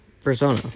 persona